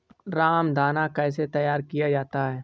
रामदाना कैसे तैयार किया जाता है?